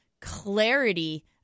clarity